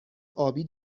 آبی